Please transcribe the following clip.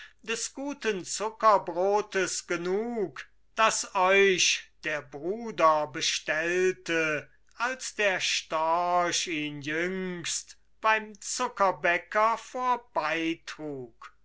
des guten zuckerbrotes genug das euch der bruder bestellte als der storch ihn jüngst beim